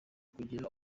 kugira